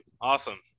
awesome